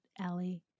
Allie